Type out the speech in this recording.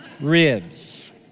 ribs